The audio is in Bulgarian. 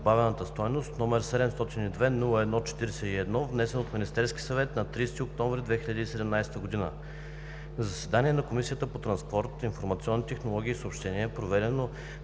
добавената стойност, № 702-01-41, внесен от Министерския съвет на 30 октомври 2017 г. На заседание на Комисията по транспорт, информационни технологии и съобщения, проведено